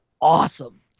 awesome